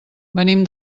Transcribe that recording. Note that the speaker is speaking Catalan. venim